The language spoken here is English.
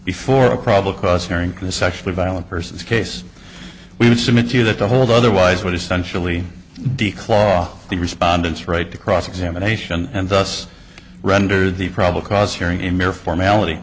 before a probable cause hearing to sexually violent persons case we would submit to you that to hold otherwise would essentially declaw the respondents right to cross examination and thus render the probable cause hearing a mere formality